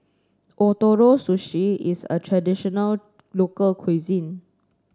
Ootoro Sushi is a traditional local cuisine